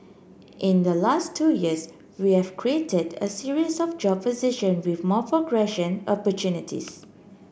in the last two years we have created a series of job position with more progression opportunities